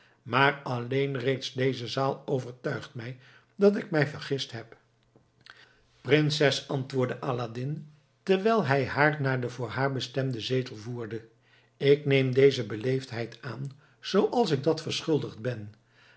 maar alleen reeds deze zaal overtuigt mij dat ik mij vergist heb prinses antwoordde aladdin terwijl hij haar naar den voor haar bestemden zetel voerde ik neem deze beleefdheid aan zooals ik dat verschuldigd ben